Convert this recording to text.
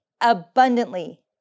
abundantly